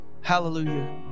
Hallelujah